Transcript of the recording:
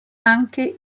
anche